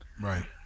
Right